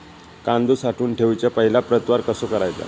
कांदो साठवून ठेवुच्या पहिला प्रतवार कसो करायचा?